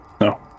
no